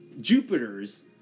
Jupiter's